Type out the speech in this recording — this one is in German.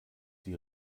die